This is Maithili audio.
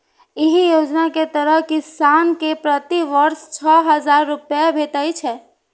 एहि योजना के तहत किसान कें प्रति वर्ष छह हजार रुपैया भेटै छै